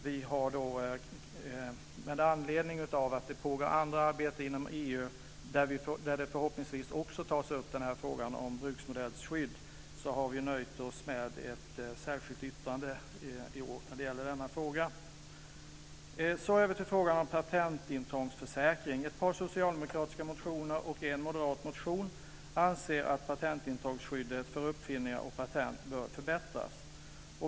Vi har med anledning av att det pågår annat arbete inom EU där frågan om bruksmodellskydd också förhoppningsvis tas upp nöjt oss med ett särskilt yttrande i år i denna fråga. Jag går så över till frågan om patentintrångsförsäkring. I ett par socialdemokratiska motioner och en moderat motion anser man att patentintrångsskyddet för uppfinningar och patent bör förbättras.